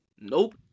Nope